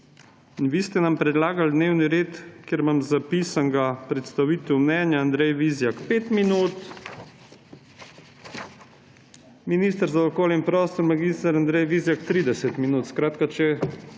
in vi ste nam predlagali dnevni red, kjer imam zapisano: predstavitev mnenja, Andrej Vizjak 5 minut, minister za okolje in prostor mag. Andrej Vizjak 30 minut. Skratka, če